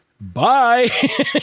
bye